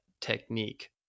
technique